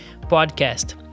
podcast